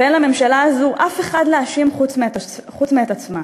ואין לממשלה הזאת אף אחד להאשים חוץ מאת עצמה.